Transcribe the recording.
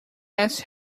else